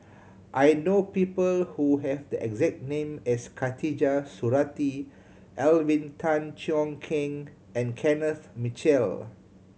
I know people who have the exact name as Khatijah Surattee Alvin Tan Cheong Kheng and Kenneth Mitchell